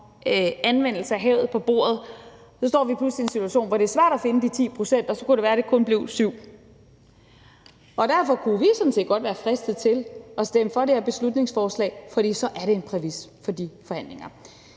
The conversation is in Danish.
om anvendelse af havet på bordet, for så står vi pludselig i en situation, hvor det er svært at finde de 10 pct., og så kunne det være, at det kun blev 7 pct. Derfor kunne vi sådan set godt være fristet til at stemme for det her beslutningsforslag, for så er det en præmis for de forhandlinger.